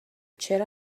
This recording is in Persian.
چرا